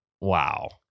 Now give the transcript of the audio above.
Wow